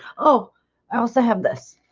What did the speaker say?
oh i also have this